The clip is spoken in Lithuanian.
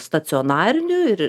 stacionariniu ir